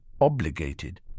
obligated